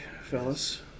fellas